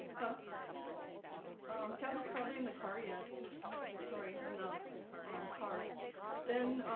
huh tablet tablet's probably in the car yet sorry in the car then